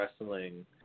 wrestling